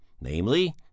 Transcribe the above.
namely